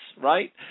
right